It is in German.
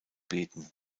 gebeten